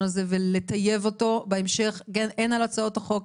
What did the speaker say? הזה ולטייב אותו בהמשך הן על הצעות החוק,